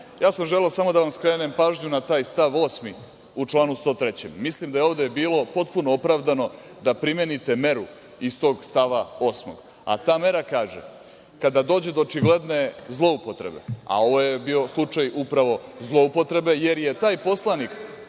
sam želeo samo da vam skrenem pažnju na taj stav 8. u članu 103. Mislim da je bilo potpuno opravdano da primenite meru iz tog stava 8, a ta mera kaže – kada dođe do očigledne zloupotrebe, a ovo je bio slučaj upravo zloupotrebe jer je taj poslanik